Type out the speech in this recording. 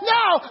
now